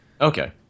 Okay